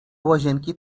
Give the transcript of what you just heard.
łazienki